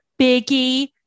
biggie